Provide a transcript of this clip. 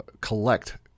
collect